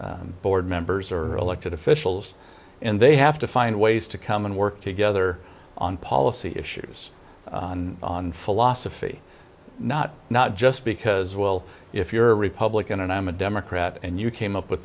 board members or elected officials and they have to find ways to come and work together on policy issues on philosophy not not just because well if you're a republican and i'm a democrat and you came up with